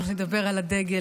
לדבר על הדגל,